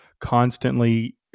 constantly